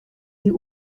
sie